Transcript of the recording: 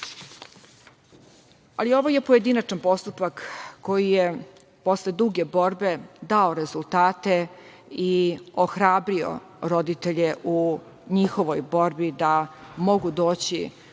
ovo je pojedinačan postupak, koji je posle duge borbe dao rezultate, i ohrabrio roditelje u njihovoj borbi da mogu doći